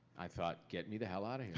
i thought, get me the hell out of here.